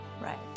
Right